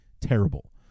terrible